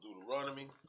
Deuteronomy